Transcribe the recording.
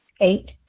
Eight